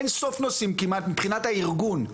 אין סוף נושאים כמעט מבחינת הארגון,